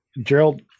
Gerald